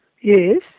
Yes